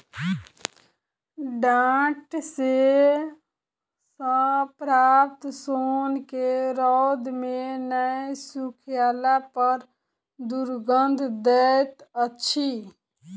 डांट सॅ प्राप्त सोन के रौद मे नै सुखयला पर दुरगंध दैत अछि